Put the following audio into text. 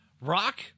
Rock